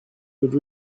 would